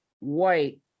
White